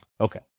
Okay